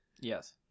Yes